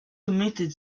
committed